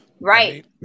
Right